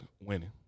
winning